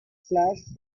flash